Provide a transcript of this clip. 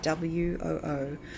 WOO